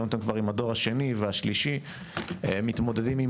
היום אתם כבר עם הדור השני והשלישי מתמודדים עם